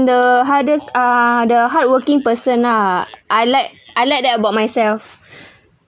the hardest uh the hardworking person lah I like I like that about myself